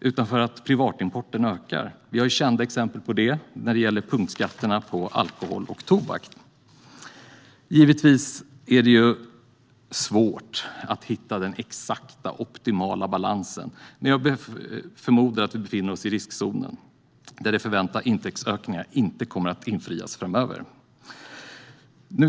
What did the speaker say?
utan för att privatimporten ökar. Vi har kända exempel på det när det gäller punktskatterna på alkohol och tobak. Givetvis är det svårt att hitta den exakta, optimala balansen, men jag förmodar att vi befinner oss i riskzonen där de förväntade intäktsökningarna inte kommer att infrias framöver.